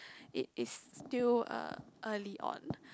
it is still uh early on